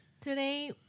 Today